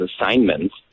assignments